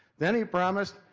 then he promised,